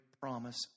promise